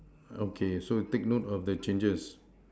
okay so take note of the changes